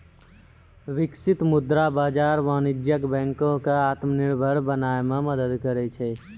बिकसित मुद्रा बाजार वाणिज्यक बैंको क आत्मनिर्भर बनाय म मदद करै छै